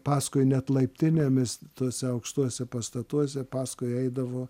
paskui net laiptinėmis tuose aukštuose pastatuose paskui eidavo